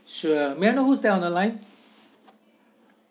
sure may I know whose that on the line